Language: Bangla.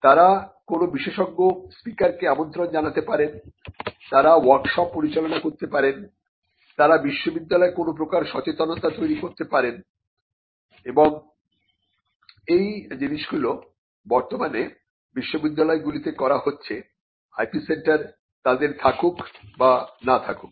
তারা কোন বিশেষজ্ঞ স্পিকারকে আমন্ত্রণ জানাতে পারেন তারা ওয়ার্কশপ পরিচালনা করতে পারেন তারা বিশ্ববিদ্যালয়ে কোন প্রকার সচেতনতার তৈরি করতে পারেন এবং এই জিনিসগুলো বর্তমানে বিশ্ববিদ্যালয়গুলিতে করা হচ্ছে IP সেন্টার তাদের থাকুক বা না থাকুক